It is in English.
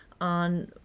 on